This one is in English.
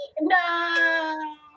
No